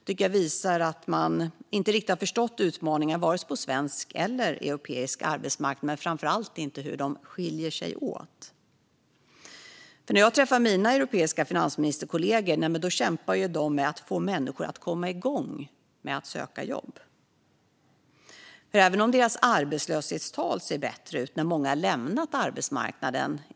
Det visar att man inte riktigt har förstått utmaningen, vare sig på svensk eller på europeisk arbetsmarknad och framför allt inte hur de skiljer sig åt. När jag träffar mina europeiska finansministerkollegor får jag veta att de kämpar med att få människor att komma igång med att söka jobb. Många, inte minst kvinnor, har lämnat arbetsmarknaden.